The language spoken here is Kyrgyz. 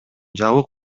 жабык